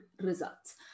results